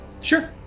Sure